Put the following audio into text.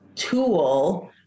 tool